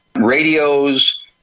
Radios